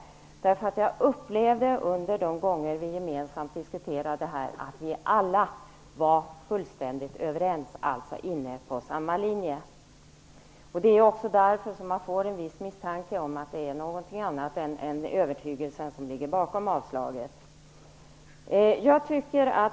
Jag upplevde de gånger då vi gemensamt diskuterade detta att vi alla var fullständigt överens, alltså inne på samma linje. Det är därför som man får en viss misstanke om att det är någonting annat än övertygelsen som ligger bakom yrkandet om avslag.